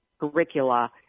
curricula